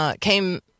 came